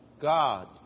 God